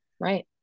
Right